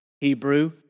Hebrew